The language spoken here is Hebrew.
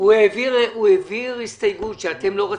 פינדרוס העביר הסתייגות שאתם לא רציתם.